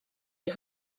les